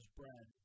bread